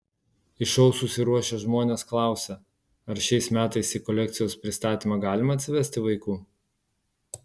į šou susiruošę žmonės klausia ar šiais metais į kolekcijos pristatymą galima atsivesti vaikų